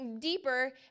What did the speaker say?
deeper